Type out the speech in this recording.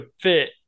fit